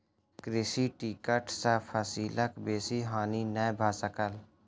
कृषि कीटक सॅ फसिलक बेसी हानि नै भ सकल